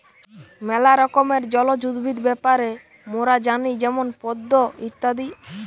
ম্যালা রকমের জলজ উদ্ভিদ ব্যাপারে মোরা জানি যেমন পদ্ম ইত্যাদি